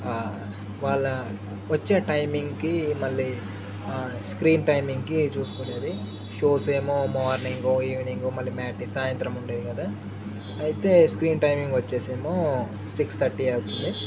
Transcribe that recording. వాళ్ళ వచ్చే టైమింగ్కి మళ్ళీ స్క్రీన్ టైమింగ్కి చూసుకునేది షోస్ ఏమో మార్నింగో ఈవినింగో మళ్ళీ మ్యాట్నీ సాయంత్రం ఉండేది కదా అయితే స్క్రీన్ టైమింగ్ వచ్చేసేమో సిక్స్ థర్టీ అవుతుంది